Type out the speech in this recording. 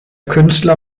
künstler